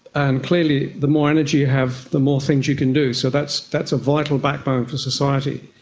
and clearly the more energy you have the more things you can do, so that's that's a vital backbone for society.